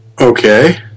Okay